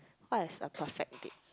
what is a perfect date